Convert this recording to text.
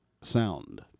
sound